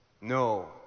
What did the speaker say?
No